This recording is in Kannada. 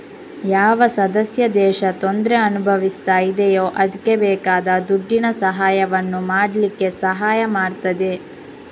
ಯಾವ ಸದಸ್ಯ ದೇಶ ತೊಂದ್ರೆ ಅನುಭವಿಸ್ತಾ ಇದೆಯೋ ಅದ್ಕೆ ಬೇಕಾದ ದುಡ್ಡಿನ ಸಹಾಯವನ್ನು ಮಾಡ್ಲಿಕ್ಕೆ ಸಹಾಯ ಮಾಡ್ತದೆ